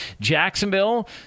Jacksonville